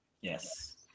Yes